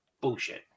Bullshit